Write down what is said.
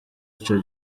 ico